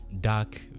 dark